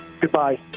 goodbye